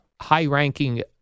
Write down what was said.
high-ranking